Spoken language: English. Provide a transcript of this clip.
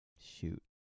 Shoot